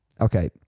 Okay